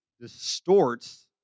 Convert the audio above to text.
distorts